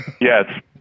Yes